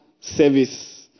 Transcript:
service